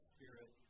Spirit